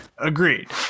agreed